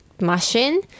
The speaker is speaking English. machine